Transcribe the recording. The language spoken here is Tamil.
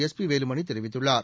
எஸ்பி வேலுமணி தெரிவித்துள்ளார்